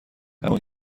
همون